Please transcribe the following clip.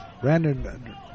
Brandon